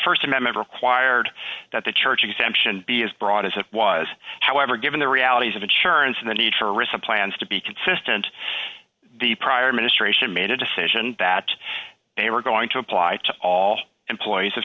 the st amendment requires that the church exemption be as broad as it was however given the realities of insurance and the need for rissa plans to be consistent the prior administration made a decision that they were going to apply to all employees of